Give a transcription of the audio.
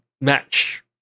match